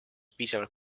piisavalt